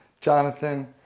Jonathan